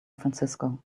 francisco